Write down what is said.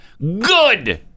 Good